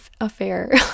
affair